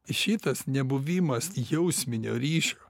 šitas nebuvimas jausminio ryšio